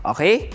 Okay